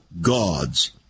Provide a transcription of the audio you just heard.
gods